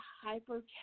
hyper